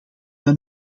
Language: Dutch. van